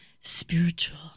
spiritual